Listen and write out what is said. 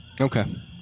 Okay